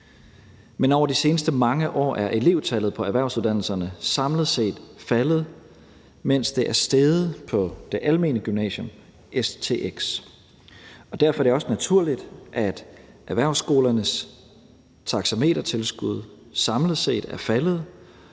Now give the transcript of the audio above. Men over de sidste mange år er elevtallet på erhvervsuddannelserne samlet set faldet, mens det er steget på det almene gymnasium, stx. Derfor er det også naturligt, at erhvervsskolernes taxametertilskud samlet set er faldet,